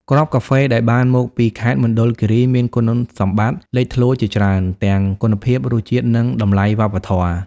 គ្រាប់កាហ្វេដែលបានមកពីខេត្តមណ្ឌលគិរីមានគុណសម្បត្តិលេចធ្លោជាច្រើន ទាំងគុណភាព រសជាតិ និងតម្លៃវប្បធម៌។